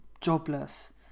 jobless